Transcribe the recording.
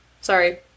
sorry